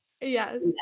yes